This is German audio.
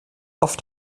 auf